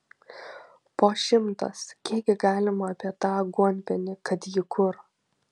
po šimtas kiekgi galima apie tą aguonpienį kad jį kur